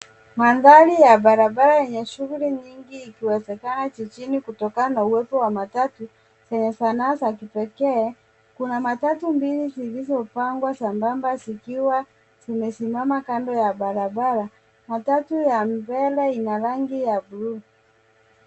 Mandhari ya barabara yenye shughuli nyingi ikiwezakana jijini kutokana na uwepo wa matatu zenye sanaa za kipekee. Kuna matatu mbili zilizopangwa za namba zikiwa zimesimama kando ya barabara. Matatu ya mbele ina rangi ya buluu.